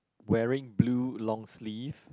wearing blue long sleeve